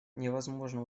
невозможно